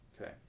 okay